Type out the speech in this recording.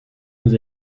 nous